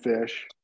fish